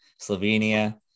Slovenia